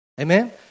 Amen